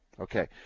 Okay